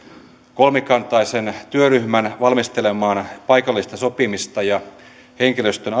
kolmikantaisen työryhmän valmistelemaan paikallista sopimista ja henkilöstön